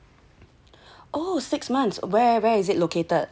oh six months where where is it located